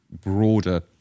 broader